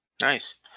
Nice